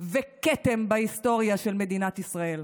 וכתם בהיסטוריה של מדינת ישראל.